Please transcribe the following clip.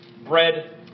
bread